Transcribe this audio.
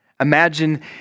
Imagine